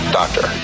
doctor